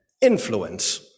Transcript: influence